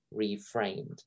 reframed